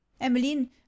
emmeline